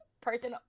person